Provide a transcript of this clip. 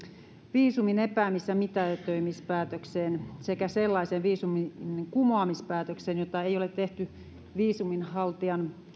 viisumin epäämis ja mitätöimispäätöksissä sekä sellaisessa viisumin kumoamispäätöksessä jota ei ole tehty viisuminhaltijan